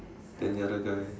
then the other guy eh